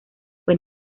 fue